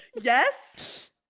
Yes